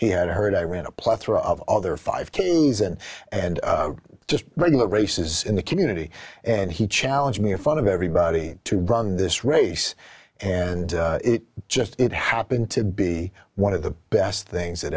he had heard i ran a plethora of other five k s and and just regular races in the community and he challenged me a fun of everybody to run this race and it just it happened to be one of the best things that